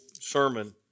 sermon